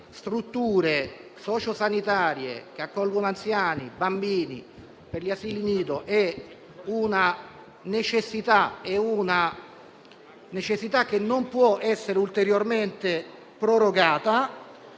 strutture sociosanitarie che accolgono anziani e bambini e negli asili nido sono una necessità che non può essere ulteriormente prorogata.